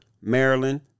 Maryland